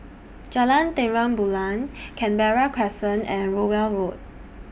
Jalan Terang Bulan Canberra Crescent and Rowell Road